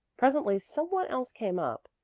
presently some one else came up,